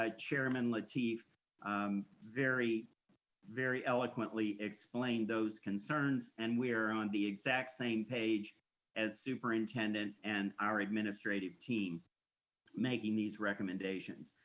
ah chairman lateef um very very eloquently explained those concerns, and we're on the exact same page as superintendent and our administrative team making these recommendations.